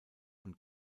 und